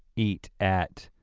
eat at,